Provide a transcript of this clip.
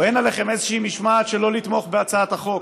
או שאין עליכם איזושהי משמעת שלא לתמוך בהצעת החוק.